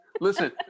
Listen